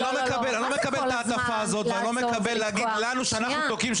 אני לא מקבל את ההטפה הזאת ואני לא מקבל להגיד לנו שאנחנו תוקעים,